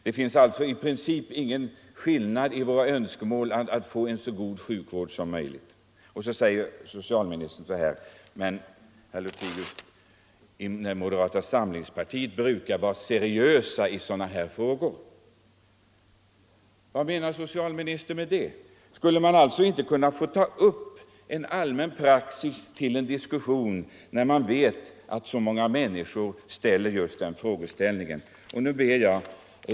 Det finns alltså i princip ingen skillnad när det gäller önskemålen att få en så god sjukvård som möjligt. Och så säger socialministern: Men, herr Lothigius, inom moderata samlingspartiet brukar man vara seriös i sådana här frågor. Vad menar socialministern med det? Skulle man alltså inte kunna få ta upp en allmän praxis till diskussion när man vet att så många människor ställer just denna fråga?